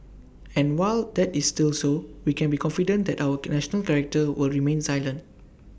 and while that is still so we can be confident that our national character will remain resilient